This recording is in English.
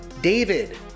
David